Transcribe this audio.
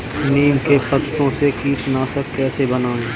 नीम के पत्तों से कीटनाशक कैसे बनाएँ?